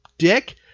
dick